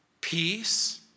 Peace